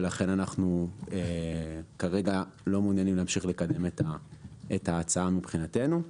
ולכן אנחנו כרגע לא מעוניינים להמשיך לקדם את ההצעה מבחינתנו.